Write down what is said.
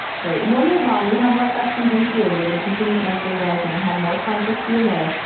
great, and we'll move on. we have more questions in que and we're going to continue answering those and have more time for q and a.